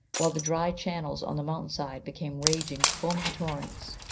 while the dry channels on the mountain-side became raging, foaming torrents.